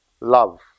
Love